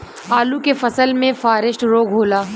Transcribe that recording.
आलू के फसल मे फारेस्ट रोग होला?